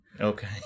Okay